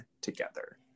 together